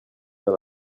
dans